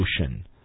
ocean